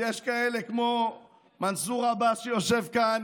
ויש כאלה כמו מנסור עבאס, שיושב כאן